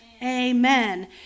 amen